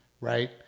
Right